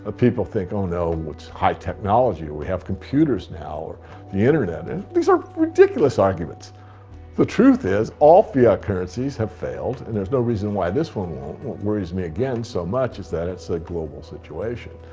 ah people think, oh no, it's high technology we have computers now, or the internet these are ridiculous arguments the truth is, all fiat currencies have failed and there's no reason why this one won't. what worries me again so much is that it's a global situation.